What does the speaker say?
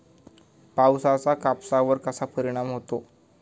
पावसाचा कापसावर कसा परिणाम होतो?